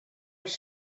els